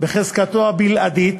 בחזקתו הבלעדית,